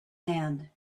hand